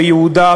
ביהודה,